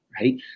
right